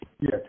Yes